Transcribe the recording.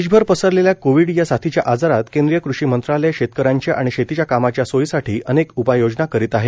देशभर पसरलेल्या कोविड या साथीच्या आजारात केंद्रीय कृषी मंत्रालय शेतकऱ्यांच्या आणि शेतीच्या कामांच्या सोयीसाठी अनेक उपाययोजना करीत आहे